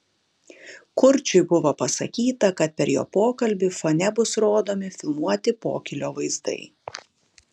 kurčiui buvo pasakyta kad per jo pokalbį fone bus rodomi filmuoti pokylio vaizdai